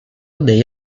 dei